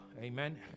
Amen